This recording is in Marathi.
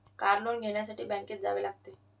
कार लोन घेण्यासाठी बँकेत जावे लागते